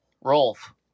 Rolf